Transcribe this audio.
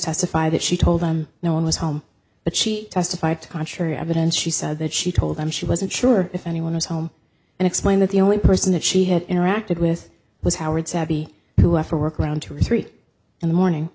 testify that she told them no one was home but she testified to contrary evidence she said that she told them she wasn't sure if anyone was home and explained that the only person that she had interacted with was howard savvy who after work around two or three in the morning